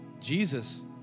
Jesus